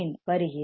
வருகிறேன்